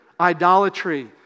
idolatry